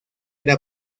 era